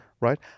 Right